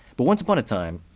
but once upon a time,